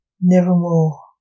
Nevermore